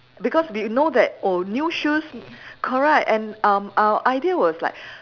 because we know that oh new shoes correct and um our idea was like